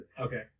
Okay